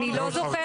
אני לא זוכרת.